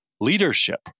leadership